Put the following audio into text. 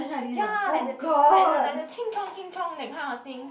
ya like the like the like Ching Chong Ching Chong that kind of thing